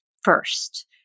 first